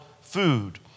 food